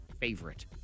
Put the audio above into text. favorite